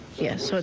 yes. so